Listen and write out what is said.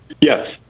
Yes